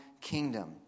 kingdom